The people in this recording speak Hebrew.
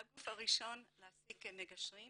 הייתה הגוף הראשון להעסיק מגשרים